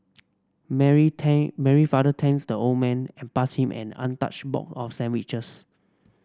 Mary thank Mary father thanks the old man and passed him an untouched box of sandwiches